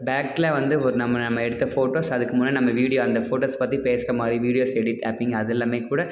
பேக்கில் வந்து ஒரு நம்ம நம்ம எடுத்த ஃபோட்டோஸ் அதுக்கு முன்னே நம்ம வீடியோ அந்த ஃபோட்டோஸ் பற்றி பேசுகிற மாதிரி வீடியோஸ் எடிட் ஆப்பிங் அது எல்லாமே கூட